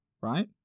right